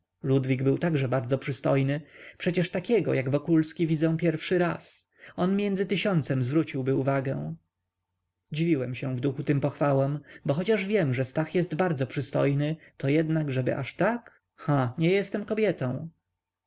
lubo widziałam wielu pięknych mężczyzn ludwik był także bardzo przystojny przecież takiego jak wokulski widzę pierwszy raz on między tysiącem zwróciłby uwagę dziwiłem się w duchu tym pochwałom bo choć wiem że stach jest bardzo przystojny to jednak żeby aż tak ha nie jestem kobietą